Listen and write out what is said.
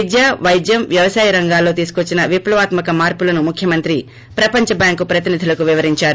విద్య వైద్యం వ్యవసాయ రంగాల్లో తీసుకొచ్చిన విప్లవాత్మక మార్పులను ముఖ్యమంత్రి ప్రపంచ బ్యాంకు ప్రతినిధులకు వివరించారు